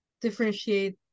differentiate